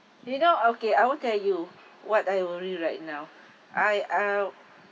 you know okay I'll tell you what I worry right now I uh